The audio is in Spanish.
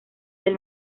del